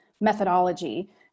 methodology